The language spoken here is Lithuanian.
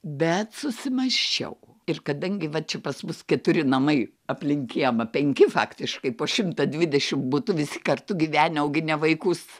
bet susimąsčiau ir kadangi va čia pas mus keturi namai aplink kiemą penki faktiškai po šimtą dvidešim butų visi kartu gyvenę auginę vaikus